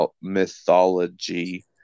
mythology